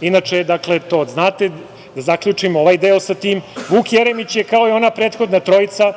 Inače, dakle to znate, da zaključim ovaj deo sa tim, Vuk Jeremić je, kao i ona prethodna trojica,